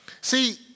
See